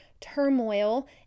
turmoil